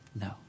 No